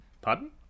Pardon